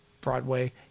Broadway